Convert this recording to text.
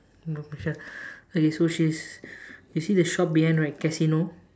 no pressure okay so she's you see the shop behind right is casino